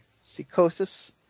Psychosis